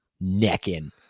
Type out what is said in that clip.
necking